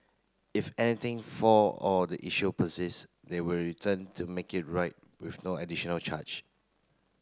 if anything fail or the issue persist they will return to make it right with no additional charge